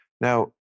Now